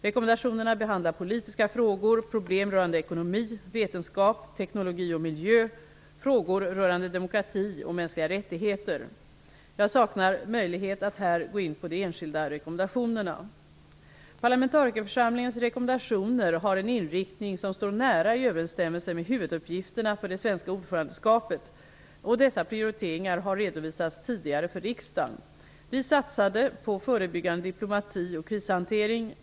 Rekommendationerna behandlar politiska frågor, problem rörande ekonomi, vetenskap, teknologi och miljö, frågor rörande demokrati och mänskliga rättigheter. Jag saknar möjlighet att här gå in på de enskilda rekommendationerna. Parlamentarikerförsamlingens rekommendationer har en inriktning som står nära i överensstämmelse med huvuduppgifterna för det svenska ordförandeskapet. Dessa prioriteringar har redovisats tidigare för riksdagen. Vi satsade på förebyggande diplomati och krishantering.